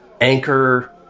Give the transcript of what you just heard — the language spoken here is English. Anchor